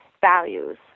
values